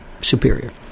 superior